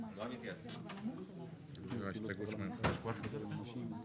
הצבעה ההסתייגות לא נתקבלה ההסתייגות לא התקבלה.